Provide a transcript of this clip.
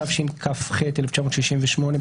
התשכ"ח 1968‏,